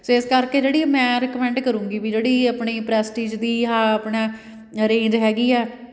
ਸੋ ਇਸ ਕਰਕੇ ਜਿਹੜੀ ਮੈਂ ਰਿਕਮੈਂਡ ਕਰੂੰਗੀ ਵੀ ਜਿਹੜੀ ਆਪਣੀ ਪ੍ਰੈਸਟੀਜ਼ ਦੀ ਆਹ ਆਪਣਾ ਰੇਂਜ ਹੈਗੀ ਆ